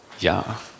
Ja